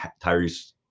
Tyrese